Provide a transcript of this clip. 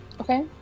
Okay